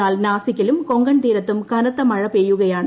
എന്നാൽ നാസിക്കിലും കൊങ്കൺ തീരത്തും കനത്ത മഴ പെയ്യുകയാണ്